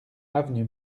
avenue